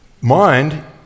mind